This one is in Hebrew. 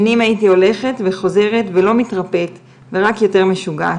שנים הייתי הולכת וחוזרת ולא מתרפאת ורק יותר משוגעת'.